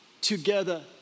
together